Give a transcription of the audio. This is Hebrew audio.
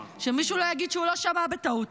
שמישהו לא יגיד שהוא לא שמע בטעות: